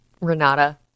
Renata